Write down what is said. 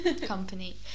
company